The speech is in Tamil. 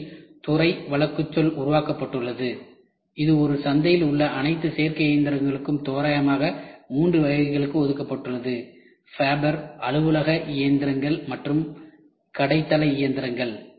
உண்மையில் துறை வழக்குச்சொல் உருவாக்கப்பட்டுள்ளது இது ஒரு சந்தையில் உள்ள அனைத்து சேர்க்கை இயந்திரங்களுக்கும் தோராயமாக மூன்று வகைகளுக்கு ஒதுக்கப்படுகிறது ஃபேபர் அலுவலக இயந்திரங்கள் மற்றும் கடை தளஇயந்திரங்கள்